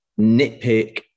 nitpick